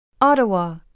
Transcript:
Ottawa